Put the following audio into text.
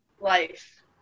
life